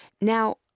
Now